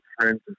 friends